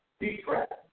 detract